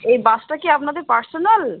এই বাসটা কি আপনাদের পার্সোনাল